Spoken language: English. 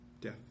death